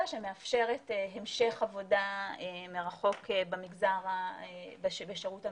שמאפשרת המשך עבודה מרחוק בשירות המדינה.